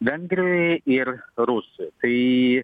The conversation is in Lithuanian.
vengrijoj rusijoj tai